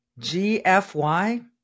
GFY